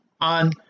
on